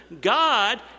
God